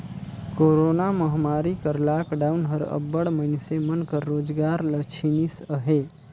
corona महमारी कर lockdown हर अब्बड़ मइनसे मन कर रोजगार ल छीनिस अहे